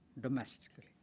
domestically